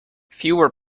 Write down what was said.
fewer